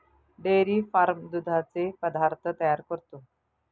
dairy farm दुधाचे पदार्थ तयार करतो